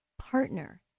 partner